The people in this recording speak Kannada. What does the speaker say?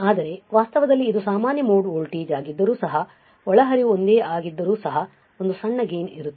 ಆದರೆ ವಾಸ್ತವದಲ್ಲಿ ಇದು ಸಾಮಾನ್ಯ ಮೋಡ್ ವೋಲ್ಟೇಜ್ ಆಗಿದ್ದರೂ ಸಹ ಒಳಹರಿವು ಒಂದೇ ಆಗಿದ್ದರೂ ಸಹ ಒಂದು ಸಣ್ಣ ಗೈನ್ ಇರುತ್ತದೆ